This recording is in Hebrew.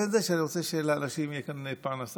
לבין זה שאני רוצה שלאנשים תהיה כאן פרנסה,